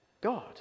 God